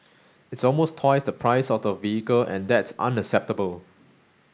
it's almost twice the price of the vehicle and that's unacceptable